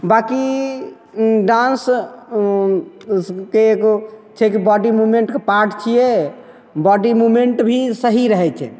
बाकी डान्स उन्सके एगो बॉडी मूवमेन्टके पार्ट छिए बॉडी मूवमेन्ट भी सही रहै छै